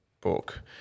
book